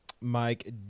Mike